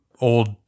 old